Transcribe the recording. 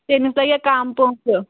تٔمِس لٔگیٛاہ کَم پۅنٛسہٕ